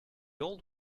old